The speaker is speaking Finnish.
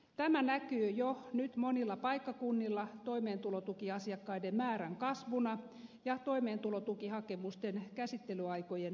tämä näkyy jo nyt monilla paikkakunnilla toimeentulotukiasiakkaiden määrän kasvuna ja toimeentulotukihakemusten käsittelyaikojen pidentymisenä